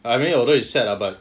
I mean although he's sad lah but